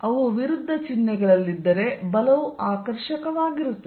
ಅವು ವಿರುದ್ಧ ಚಿಹ್ನೆಗಳಲ್ಲಿದ್ದರೆ ಬಲವು ಆಕರ್ಷಕವಾಗಿರುತ್ತದೆ